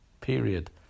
period